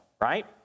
Right